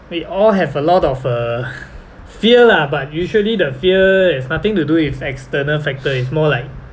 we all have a lot of uh fear lah but usually the fear it's nothing to do with external factor is more like